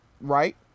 right